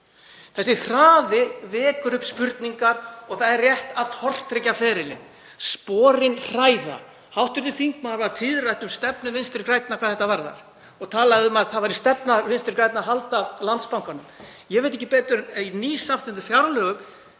Þessi hraði vekur upp spurningar og það er rétt að tortryggja ferlið. Sporin hræða. Hv. þingmaður varð tíðrætt um stefnu Vinstri grænna hvað þetta varðar og talaði um að það væri stefna Vinstri grænna að halda Landsbankanum. Ég veit ekki betur en að í nýsamþykktum fjárlögum